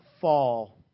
fall